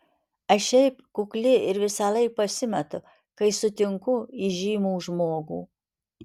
aš šiaip kukli ir visąlaik pasimetu kai sutinku įžymų žmogų